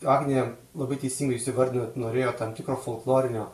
agnė labai teisingai jūs įvardinot norėjo tam tikro folklorinio